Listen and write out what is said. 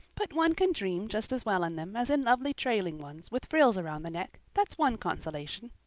but one can dream just as well in them as in lovely trailing ones, with frills around the neck, that's one consolation.